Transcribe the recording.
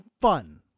fun